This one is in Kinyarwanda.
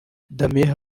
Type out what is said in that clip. damien